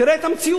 תראה את המציאות.